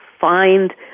find